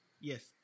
Yes